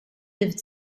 lived